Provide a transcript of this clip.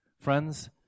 Friends